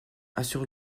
assure